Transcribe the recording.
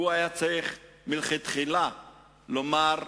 היה צריך מלכתחילה לומר: